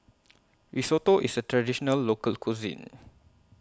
Risotto IS A Traditional Local Cuisine